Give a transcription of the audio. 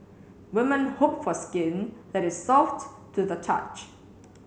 women hope for skin that is soft to the touch